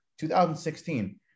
2016